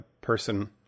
person